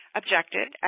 objected